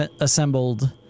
assembled